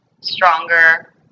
stronger